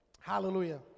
Hallelujah